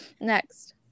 next